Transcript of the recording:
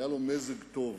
היה לו מזג טוב